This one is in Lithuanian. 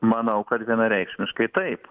manau kad vienareikšmiškai taip